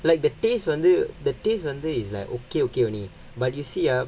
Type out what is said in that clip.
like the taste வந்து:vandhu the taste வந்து:vandhu is like okay okay only but you see ah